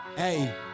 Hey